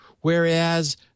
whereas